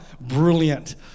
brilliant